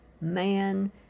man